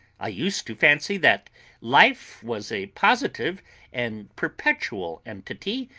i used to fancy that life was a positive and perpetual entity,